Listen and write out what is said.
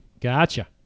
Gotcha